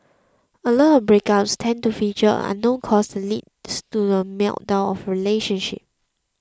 a lot of breakups tend to feature an unknown cause the lead to the meltdown of a relationship